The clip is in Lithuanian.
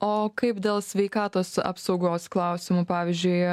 o kaip dėl sveikatos apsaugos klausimų pavyzdžiui